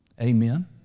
Amen